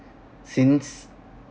since